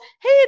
hey